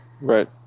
Right